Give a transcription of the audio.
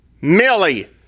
Millie